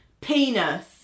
penis